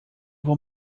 vou